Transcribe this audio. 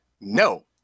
no